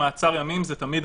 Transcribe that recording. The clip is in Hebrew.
ימים.